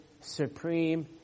supreme